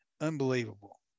Unbelievable